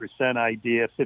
idea